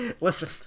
Listen